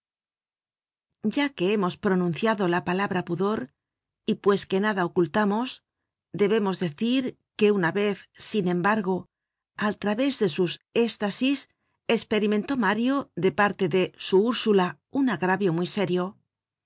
ya que hemos pronunciado la palabra pudor y pues que nada ocultamos debemos decir que una vez sin embargo al través de sus éstasis esperimentó mario de parte de su ursula un agravio muy serio